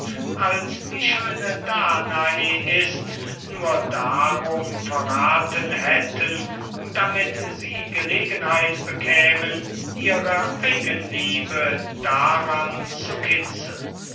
als die schöne danae ist nur darum verraten hätten damit sie gelegenheit bekämen ihre eigenliebe daran zu kitzeln